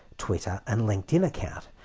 twitter and linkedin accounts,